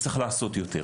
וצריך לעשות יותר.